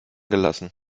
gelassen